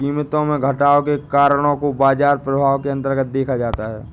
कीमतों में घटाव के कारणों को बाजार प्रभाव के अन्तर्गत देखा जाता है